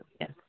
Yes